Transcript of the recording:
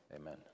amen